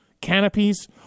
canopies